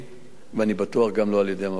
ואני בטוח גם לא על-ידי המפכ"ל.